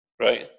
right